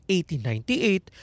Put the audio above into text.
1898